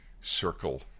circle